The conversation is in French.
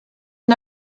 une